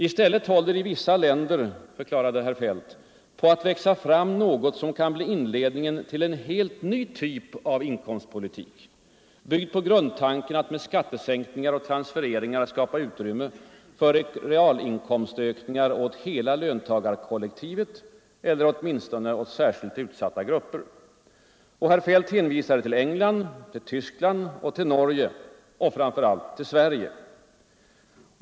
I stället håller det i vissa länder — förklarade han — ”på att växa fram något som kan bli inledningen till en helt ny typ av inkomstpolitik byggd på grundtanken att med skattesänkningar och transfereringar skapa utrymme för realinkomstökningar åt hela löntagarkollektivet eller åtminstone åt särskilt utsatta grupper”. Han hänvisade till England, till Tyskland och till Norge, och framför allt till Sverige.